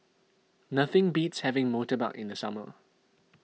nothing beats having Murtabak in the summer